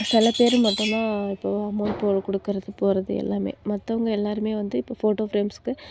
சில பேர் மட்டும் தான் இப்போ அமௌண்ட் கொடுக்குறது போறது எல்லாமே மற்றவங்க எல்லாருமே வந்து இப்போ ஃபோட்டோ ஃபிரேம்ஸுக்கு